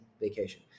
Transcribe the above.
vacation